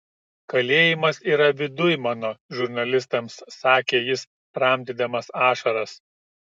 kalėjimas yra viduj mano žurnalistams sakė jis tramdydamas ašaras